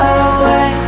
away